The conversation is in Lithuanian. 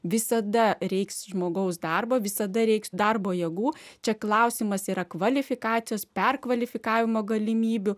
visada reiks žmogaus darbo visada reiks darbo jėgų čia klausimas yra kvalifikacijos perkvalifikavimo galimybių